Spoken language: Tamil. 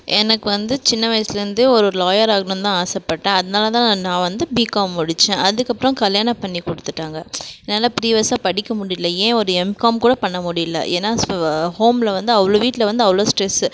எனக்கு வந்து சின்ன வயசுலருந்தே ஒரு லாயர் ஆகணும்தான் ஆசைப்பட்டேன் அதனால தான் நான் வந்து பிகாம் முடித்தேன் அதுக்கப்புறம் கல்யாணம் பண்ணி கொடுத்துட்டாங்க என்னால் பிரிவியசாக படிக்க முடியல ஏன் ஒரு எம்காம் கூட பண்ண முடியல ஏன்னால் ஸ் வ ஹோமில் வந்து அவ்வளோ வீட்டில் வந்து அவ்வளோ ஸ்ட்ரெஸ்ஸு